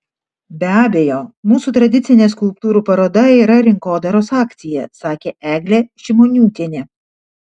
be abejo mūsų tradicinė skulptūrų paroda yra rinkodaros akcija sakė eglė šimoniūtienė